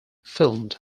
filmed